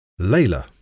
Layla